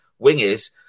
wingers